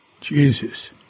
Jesus